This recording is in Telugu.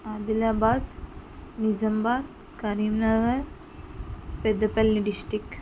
ఆదిలాబాద్ నిజాంబాద్ కరీంనగర్ పెద్దపల్లి డిస్టిక్